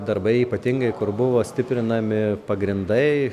darbai ypatingai kur buvo stiprinami pagrindai